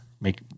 make